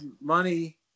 money